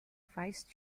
vice